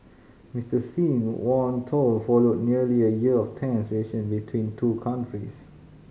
Mister Xi warm tone followed nearly a year of tense relation between two countries